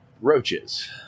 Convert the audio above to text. roaches